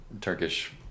Turkish